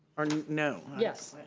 or no? yes.